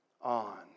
on